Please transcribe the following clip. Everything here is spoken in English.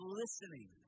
listening